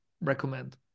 recommend